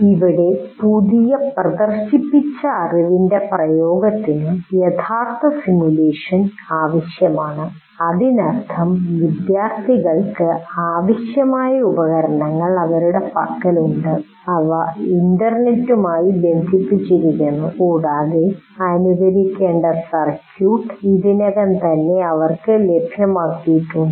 ഇവിടെ പുതിയ പ്രദർശിപ്പിച്ച അറിവിൻ്റെ പ്രയോഗത്തിന് യഥാർത്ഥ സിമുലേഷൻ ആവശ്യമാണ് അതിനർത്ഥം വിദ്യാർത്ഥികൾക്ക് ആവശ്യമായ ഉപകരണങ്ങൾ അവരുടെ പക്കലുണ്ട് അവ ഇന്റർനെറ്റുമായി ബന്ധിപ്പിച്ചിരിക്കുന്നു കൂടാതെ അനുകരിക്കേണ്ട സർക്യൂട്ട് ഇതിനകം തന്നെ അവർക്ക് ലഭ്യമാക്കിയിട്ടുണ്ട്